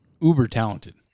uber-talented